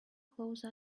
close